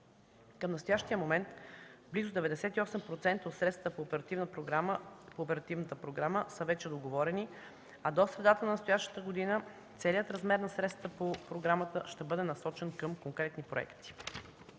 Към настоящия момент близо 98% от средствата по оперативната програма са вече договорени, а до средата на настоящата година целият размер на средствата по програмата ще бъде насочен към конкретни проекти.